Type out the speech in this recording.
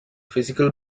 physical